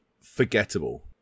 forgettable